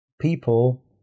people